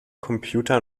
computer